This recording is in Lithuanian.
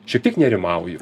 šiek tiek nerimauju